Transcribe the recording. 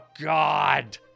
God